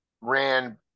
ran